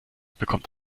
bekommt